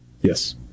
Yes